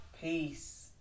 Peace